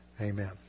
Amen